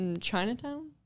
Chinatown